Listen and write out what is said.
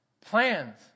Plans